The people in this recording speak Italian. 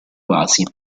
vasi